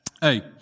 hey